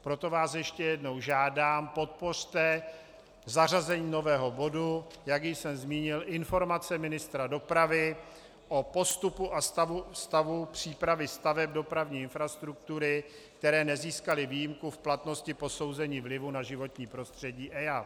Proto vás ještě jednou žádám: Podpořte zařazení nového bodu, jak již jsem zmínil, Informace ministra dopravy o postupu a stavu přípravy staveb dopravní infrastruktury, které nezískaly výjimku v platnosti posouzení vlivu na životní prostředí EIA.